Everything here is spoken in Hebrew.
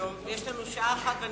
היום ויש רק שעה אחת.